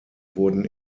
wurden